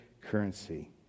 currency